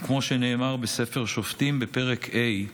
וכמו שנאמר בספר שופטים בפרק ה':